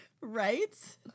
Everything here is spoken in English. Right